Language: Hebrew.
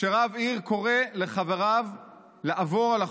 שרב עיר קורא לחבריו לעבור על החוק,